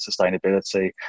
sustainability